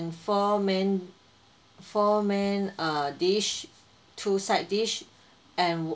four main for main err dish two side dish and